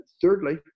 thirdly